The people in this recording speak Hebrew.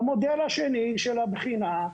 במודל השני של הבחינה,